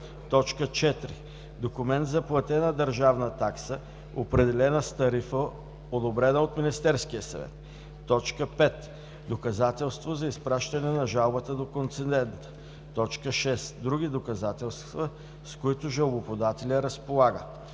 4. документ за платена държавна такса, определена с тарифа, одобрена от Министерския съвет; 5. доказателство за изпращане на жалбата до концедента; 6. други доказателства, с които жалбоподателят разполага.